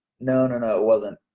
no, no, no, it wasn't.